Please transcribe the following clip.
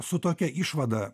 su tokia išvada